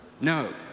No